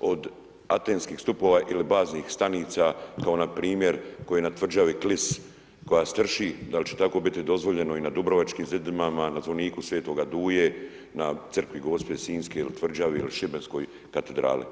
od atenskih stupova ili baznih stanica kao npr. koji na tvrđavi Klis koja strši, da li će tako biti dozvoljeno i na dubrovačkim zidinama, na zvoniku Sv. Duje, na crkvi Gospe sinjske ili tvrđavi ili Šibenskoj katedrali?